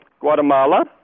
Guatemala